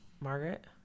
Margaret